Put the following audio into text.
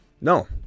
no